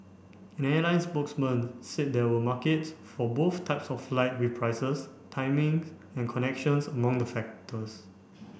an airline spokesman said there were markets for both types of flight with prices timing and connections among the factors